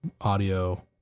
audio